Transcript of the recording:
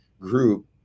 group